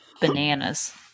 bananas